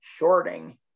Shorting